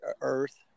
earth